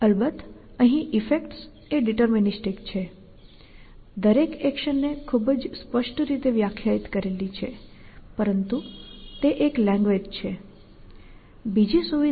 અલબત્ત અહીં ઈફેક્ટ્સ એ ડિટર્મિનીસ્ટિક છે દરેક એક્શનને ખૂબ જ સ્પષ્ટ રીતે વ્યાખ્યાયિત કરેલી છે પરંતુ તે એક લેંગ્વેજ છે